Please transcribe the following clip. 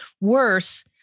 worse